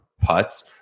putts